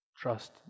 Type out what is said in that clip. Trust